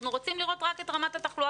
אנחנו רוצים לראות רק את רמת התחלואה